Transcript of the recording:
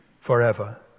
forever